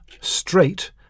straight